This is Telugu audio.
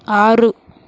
ఆరు